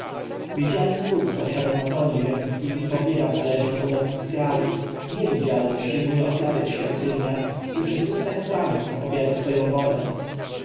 bóg zasiada na tronie ziemskim i pobiera należny mu dochód z kraju niewidzialny przyjmuje ofiary w świątyniach i przez usta kapłanów wypowiada swoją wolę